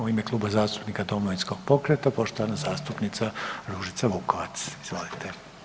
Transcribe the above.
U ime Kluba zastupnika Domovinskog pokreta poštovana zastupnica Ružica Vukovac, izvolite.